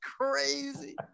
crazy